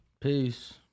Peace